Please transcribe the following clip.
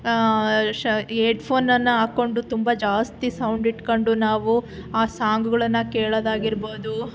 ಎಡ್ಫೋನನ್ನು ಹಾಕ್ಕೊಂಡು ತುಂಬ ಜಾಸ್ತಿ ಸೌಂಡ್ ಇಟ್ಕೊಂಡು ನಾವು ಆ ಸಾಂಗುಗಳನ್ನು ಕೇಳೋದಾಗಿರ್ಬೋದು